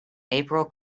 april